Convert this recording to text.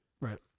Right